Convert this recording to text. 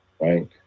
right